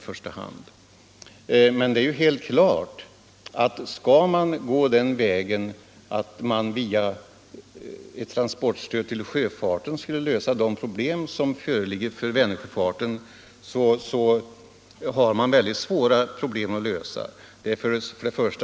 Om man går den vägen att via ett transportstöd till sjöfarten försöka lösa Vänersjöfartens problem, så torde det vara helt klart att detta blir mycket svårt.